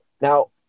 Now